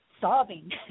sobbing